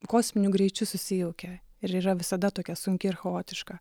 kosminiu greičiu susijaukia ir yra visada tokia sunki ir chaotiška